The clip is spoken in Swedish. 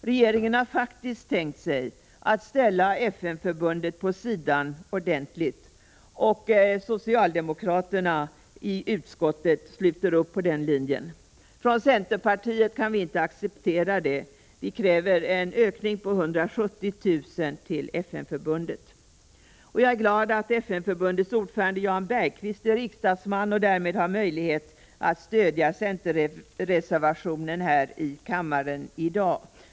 Regeringen har faktiskt tänkt sig att ställa FN-förbundet vid sidan ordentligt, och socialdemokraterna i utskottet sluter upp på den linjen. Från centerpartiet kan vi inte acceptera det, utan vi kräver en ökning på 170 000 kr. till FN-förbundet. Jag är glad att FN-förbundets ordförande Jan Bergqvist är riksdagsman och därmed har möjlighet att stödja centerreservationen här i kammaren i dag.